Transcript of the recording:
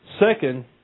Second